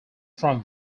from